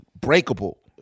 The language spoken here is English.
breakable